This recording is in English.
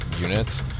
units